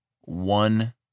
one